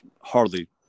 hardly